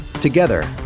Together